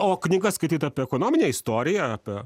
o knygas skaityt apie ekonominę istoriją apie